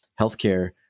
healthcare